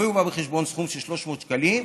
לא יובא בחשבון סכום של 300 שקלים.